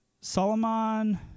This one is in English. Solomon